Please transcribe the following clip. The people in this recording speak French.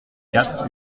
quatre